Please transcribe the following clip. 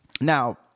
now